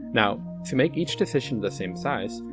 now, to make each decision the same size,